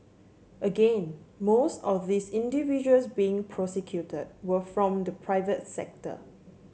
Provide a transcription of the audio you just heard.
again most of these individuals being prosecuted were from the private sector